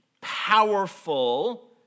powerful